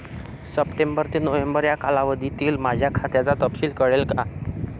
September ते November या कालावधीतील माझ्या खात्याचा तपशील कळेल का?